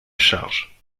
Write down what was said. charge